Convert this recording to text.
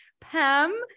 Pam